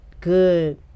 good